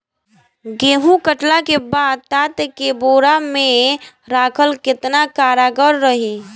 गेंहू कटला के बाद तात के बोरा मे राखल केतना कारगर रही?